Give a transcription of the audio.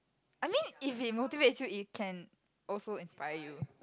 I mean if it motivates you it can also inspire you